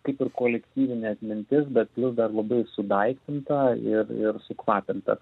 kaip ir kolektyvinė atmintis bet plius dar labai ir sudaiktinta ir ir sukvapinta